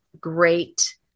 great